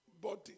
body